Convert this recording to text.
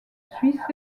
suisse